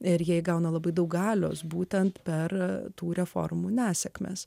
ir jei gauna labai daug galios būtent per tų reformų nesėkmes